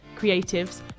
creatives